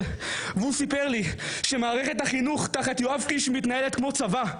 שסיפר לי שמערכת החינוך תחת יואב קיש מתנהלת כמו צבא,